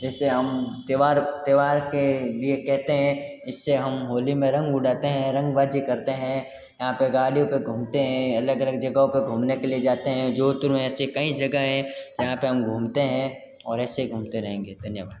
जैसे हम त्यौहार त्यौहार के लिए कहते हैं इससे हम होली में रंग उड़ाते हैं रंगबाजी करते हैं यहाँ पे गाड़ियो पे घूमते हैं अलग अलग जगहो पे घूमने के लिए जाते हैं जोधपुर में ऐसे कई जगह हैं जहाँ पे हम घूमते हैं और ऐसे घूमते रहेंगे धन्यवाद